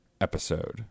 episode